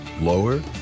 Lower